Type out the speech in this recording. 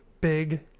big